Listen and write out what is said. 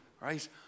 right